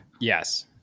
Yes